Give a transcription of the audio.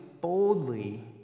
boldly